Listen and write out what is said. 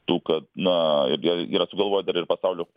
tų kad na ir jie yra sugalvoję dar ir pasaulio